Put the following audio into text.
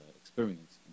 experience